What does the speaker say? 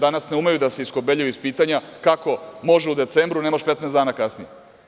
Danas ne umeju da se iskobeljaju iz pitanja kako može u decembru, a ne može 15 dana kasnije.